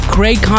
Craig